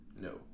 No